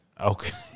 okay